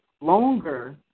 longer